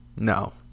No